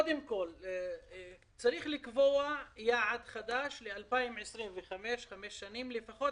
קודם כל צריך לקבוע יעד חדש ל-2025 כך שלפחות